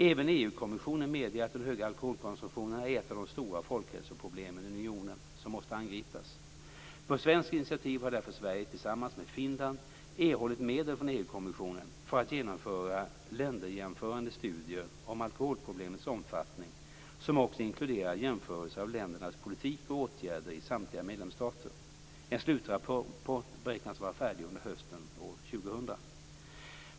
Även EU-kommissionen medger att den höga alkoholkonsumtionen är ett av de stora folkhälsoproblemen i unionen som måste angripas. På svenskt initiativ har därför Sverige tillsammans med Finland erhållit medel från EU-kommissionen för att genomföra länderjämförande studier om alkoholproblemets omfattning som också inkluderar jämförelser av ländernas politik och åtgärder i samtliga medlemsstater. En slutrapport beräknas vara färdig under hösten år 2000.